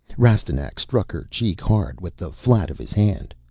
rastignac struck her cheek hard with the flat of his hand.